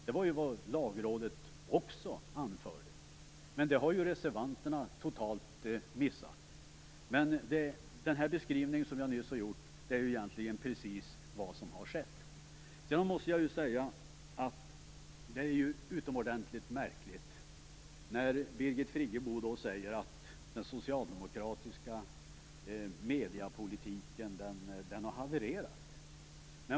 Detta anfördes av Lagrådet, men det har totalt missats av reservanterna. Den beskrivning som jag nyss har gjort visar precis vad som har skett. Jag måste säga att det är utomordentligt märkligt när Birgit Friggebo säger att den socialdemokratiska mediepolitiken har havererat.